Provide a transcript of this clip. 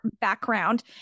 background